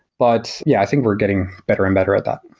but yeah, i think we're getting better and better at that.